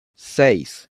seis